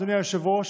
אדוני היושב-ראש,